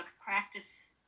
practice